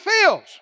feels